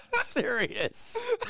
Serious